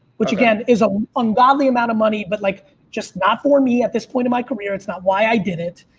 which again, is an ungodly amount of money, but like just not for me at this point in my career, it's not why i did it.